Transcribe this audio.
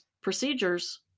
procedures